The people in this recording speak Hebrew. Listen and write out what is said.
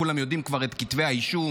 כולם יודעים כבר את כתבי האישום.